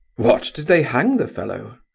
what, did they hang the fellow?